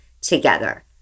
together